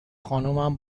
خانمم